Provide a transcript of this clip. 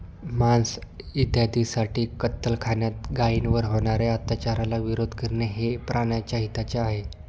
मांस इत्यादींसाठी कत्तलखान्यात गायींवर होणार्या अत्याचाराला विरोध करणे हे प्राण्याच्या हिताचे आहे